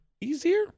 easier